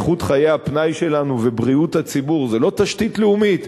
איכות חיי הפנאי שלנו ובריאות הציבור זה לא תשתית לאומית?